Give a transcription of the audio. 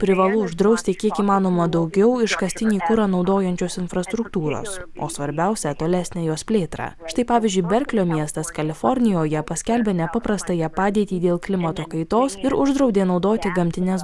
privalu uždrausti kiek įmanoma daugiau iškastinį kurą naudojančios infrastruktūros o svarbiausia tolesnę jos plėtrą štai pavyzdžiui berklio miestas kalifornijoje paskelbė nepaprastąją padėtį dėl klimato kaitos ir uždraudė naudoti gamtines